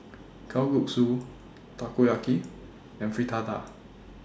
Kalguksu Takoyaki and Fritada